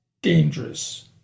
Dangerous